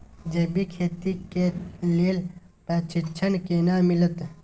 जैविक खेती के लेल प्रशिक्षण केना मिलत?